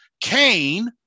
Cain